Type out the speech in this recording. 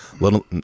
little